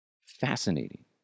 Fascinating